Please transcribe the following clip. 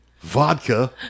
vodka